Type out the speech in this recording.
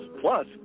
Plus